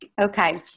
Okay